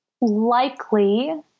likely